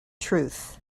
truth